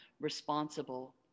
responsible